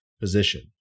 position